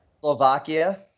Slovakia